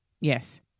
Yes